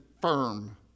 firm